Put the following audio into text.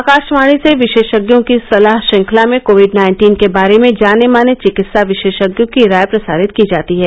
आकाशवाणी से विशेषज्ञों की सलाह श्रंखला में कोविड नाइन्टीन के बारे में जाने माने चिकित्सा विशेषज्ञों की राय प्रसारित की जाती है